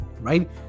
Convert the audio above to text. right